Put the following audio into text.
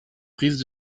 prise